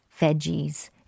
veggies